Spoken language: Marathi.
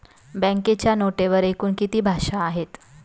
बँकेच्या नोटेवर एकूण किती भाषा आहेत?